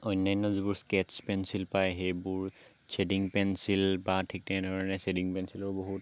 অন্য়ান্য় যিবোৰ sketch pencil পায় সেইবোৰ শ্বেডিং পেঞ্চিল বা ঠিক তেনেধৰণে শ্বেডিং পেঞ্চিলৰ বহুত